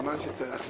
זמן של הטמעה,